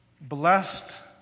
blessed